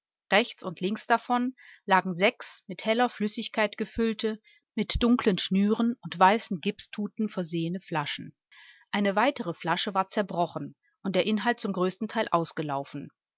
rechts und links davon lagen sechs mit heller flüssigkeit gefüllte mit dunkeln schnüren und weißen gipstuten versehene flaschen eine weitere flasche war zerbrochen und der inhalt zum größten teil ausgelaufen